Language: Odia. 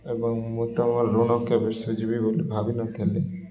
ଏବଂ ମୁଁ ତମ ଋଣ କେବେ ସୁଝିବି ବୋଲି ଭାବିନଥିଲି